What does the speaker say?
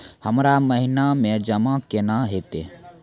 हमरा महिना मे जमा केना हेतै?